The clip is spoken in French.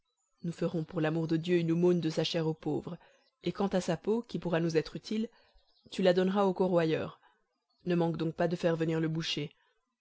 nous ferons pour l'amour de dieu une aumône de sa chair aux pauvres et quant à sa peau qui pourra nous être utile tu la donneras au corroyeur ne manque donc pas de faire venir le boucher